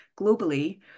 globally